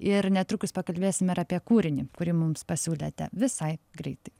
ir netrukus pakalbėsim ir apie kūrinį kurį mums pasiūlėte visai greitai